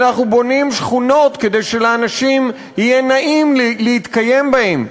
אנחנו בונים שכונות כדי שלאנשים יהיה נעים להתקיים בהן,